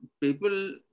people